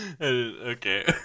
Okay